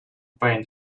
pain